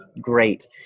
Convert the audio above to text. great